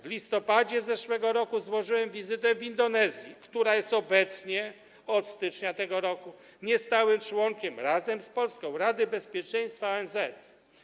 W listopadzie zeszłego roku złożyłem wizytę w Indonezji, która jest obecnie, od stycznia tego roku, niestałym członkiem - razem z Polską - Rady Bezpieczeństwa ONZ.